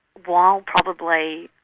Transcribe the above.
while probably